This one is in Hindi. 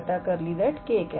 तो 𝜕𝑢 𝜕𝑥 क्या है